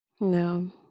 No